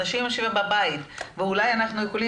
אנשים יושבים בבית ואולי אנחנו יכולים